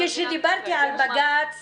סליחה, כשדיברתי על בג"ץ